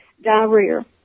diarrhea